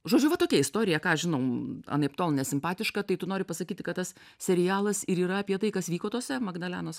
žodžiu va tokia istorija ką žinau anaiptol ne simpatiška tai tu nori pasakyti kad tas serialas ir yra apie tai kas vyko tose magdalenos